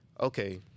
okay